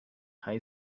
high